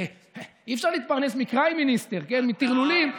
אי-אפשר להתפרנס מ-Crime Minister, כן, מטרלולים.